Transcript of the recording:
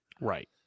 Right